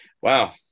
wow